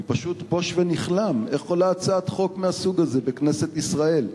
אני פשוט בוש ונכלם איך עולה הצעת חוק מהסוג הזה בכנסת ישראל.